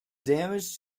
damage